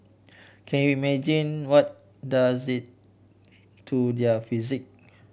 can you imagine what does it to their psyche